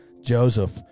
joseph